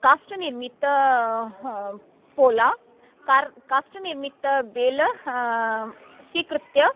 काष्ठनिर्मितं पोला कार् काष्ठनिर्मितः बेलः स्वीकृत्य